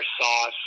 sauce